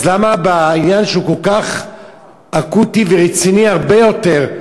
אז למה בעניין שהוא כל כך אקוטי ורציני הרבה יותר,